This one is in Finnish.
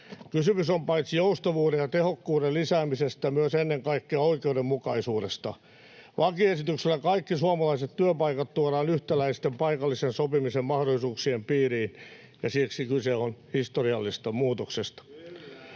Kysymys on paitsi joustavuuden ja tehokkuuden lisäämisestä myös ennen kaikkea oikeudenmukaisuudesta. Lakiesityksellä kaikki suomalaiset työpaikat tuodaan yhtäläisten paikallisen sopimisen mahdollisuuksien piiriin, ja siksi kyse on historiallisesta muutoksesta.